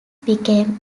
became